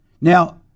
Now